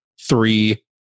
three